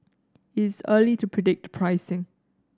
it is early to predict the pricing